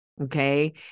Okay